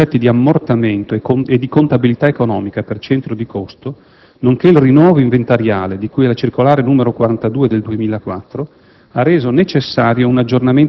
La recente introduzione dei concetti di ammortamento e di contabilità economica per centro di costo, nonché il rinnovo inventariale, di cui alla circolare n. 42 del 2004,